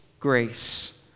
grace